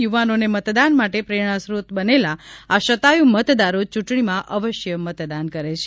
યુવાનોને મતદાન માટે પ્રેરણાસ્ત્રોત બનેલા આ શતાયુ મતદારો ચૂંટણીમાં અવશ્ય મતદાન કરે છે